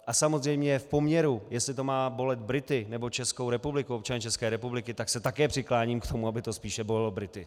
A samozřejmě k poměru, jestli to má bolet Brity, nebo Českou republiku, občany České republiky, tak se také přikláním k tomu, aby to spíše bolelo Brity.